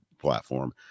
platform